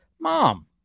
mom